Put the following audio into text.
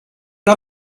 not